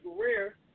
career